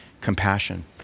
compassion